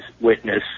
witness